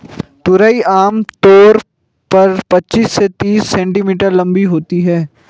तुरई आम तौर पर पचीस से तीस सेंटीमीटर लम्बी होती है